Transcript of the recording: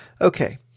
okay